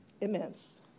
immense